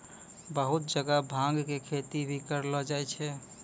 बहुत जगह भांग के खेती भी करलो जाय छै